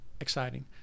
exciting